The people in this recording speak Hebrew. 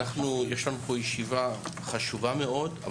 יש לנו פה ישיבה חשובה מאוד,